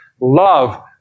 love